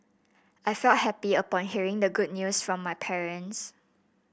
I felt happy upon hearing the good news from my parents